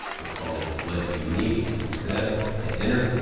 we'll call this list uniques instead. hit enter.